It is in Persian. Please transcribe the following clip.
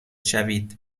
شوید